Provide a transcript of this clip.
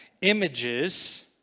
Images